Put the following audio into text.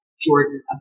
Jordan